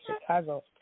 Chicago